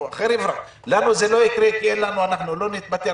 לנו זה לא יקרה, כי אנחנו לא נתפטר.